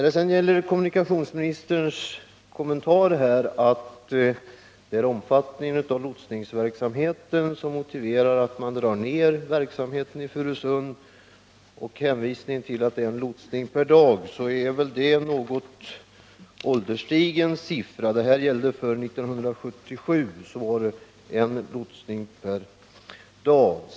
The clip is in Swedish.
Beträffande kommunikationsministerns kommentar att det är omfattningen av lotsningsverksamheten som motiverar en neddragning av verksamheten i Furusund — det skulle förekomma en lotsning per dag — så vill jag säga att den siffran är något ålderstigen. År 1977 förekom en lotsning per dag.